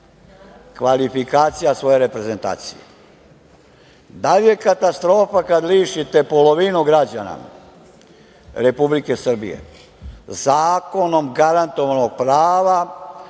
kvalifikacija svoje reprezentacije? Da li je katastrofa kada lišite polovinu građana Republike Srbije zakonom garantovanog prava